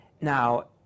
Now